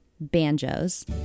banjos